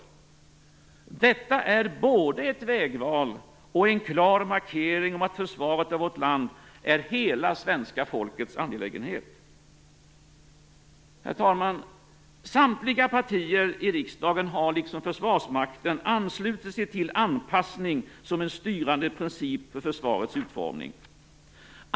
Detta är både ett vägval och en klar markering av att försvaret av vårt land är hela svenska folkets angelägenhet. Herr talman! Samtliga partier har liksom Försvarsmakten anslutit sig till anpassning som en styrande princip för försvarets utformning.